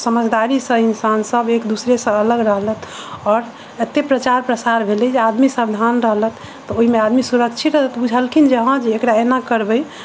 समझदारी से इंसान सब एक दोसरा से अलग रहलथि आओर एतेक प्रचार प्रसार भेलै जे आदमी सावधान रहलक तऽ ओहिमे आदमी सुरक्षित बुझलखिन जे हँ जे एकरा एना करबै तऽ